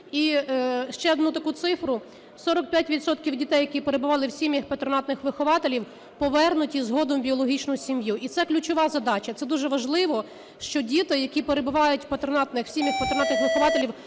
І ще одну цифру: 45 відсотків дітей, які перебували в сім'ях патронатних вихователів, повернуті згодом в біологічну сім'ю. І це ключова задача, це дуже важливо, що діти, які перебувають у патронатних сім'ях у патронатних вихователів,